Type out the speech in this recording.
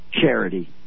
charity